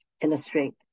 illustrate